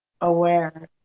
aware